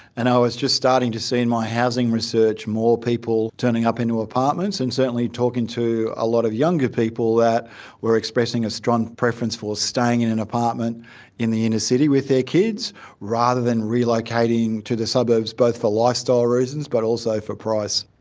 and i was just starting to see in my housing research more people turning up in ah apartments, and certainly talking to a lot of younger people that were expressing a strong preference for staying in an apartment in the inner-city with their kids rather than relocating to the suburbs, both for lifestyle reasons but also for price.